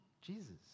Jesus